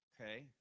Okay